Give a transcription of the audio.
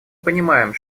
понимаем